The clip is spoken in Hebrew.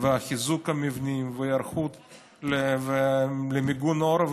וחיזוק המבנים וההיערכות למיגון העורף,